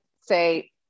say